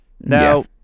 Now